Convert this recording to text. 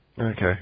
Okay